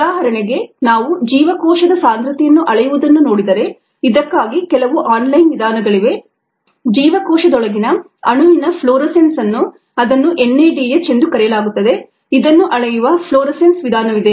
ಉದಾಹರಣೆಗೆ ನಾವು ಜೀವಕೋಶದ ಸಾಂದ್ರತೆಯನ್ನು ಅಳೆಯುವುದನ್ನು ನೋಡಿದರೆ ಇದಕ್ಕಾಗಿ ಕೆಲವು ಆನ್ಲೈನ್ ವಿಧಾನಗಳಿವೆ ಜೀವಕೋಶದೊಳಗಿನ ಅಣುವಿನ ಫ್ಲೋರೆಸೆನ್ಸ್ ಅನ್ನು ಇದನ್ನು NADH ಎಂದು ಕರೆಯಲಾಗುತ್ತದೆ ಇದನ್ನು ಅಳೆಯುವ ಫ್ಲೋರೆಸೆನ್ಸ್ ವಿಧಾನವಿದೆ